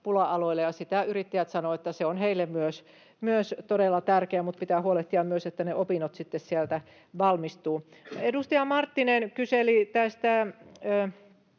pula-aloille. Yrittäjät sanovat, että se on heille myös todella tärkeää, mutta pitää huolehtia myös, että ne opinnot sitten sieltä valmistuvat. Edustaja Marttinen kyseli, minkä